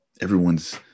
Everyone's